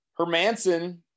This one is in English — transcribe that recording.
Hermanson